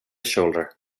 shoulder